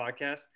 podcast